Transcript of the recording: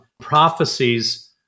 prophecies